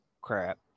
crap